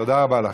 תודה רבה לך.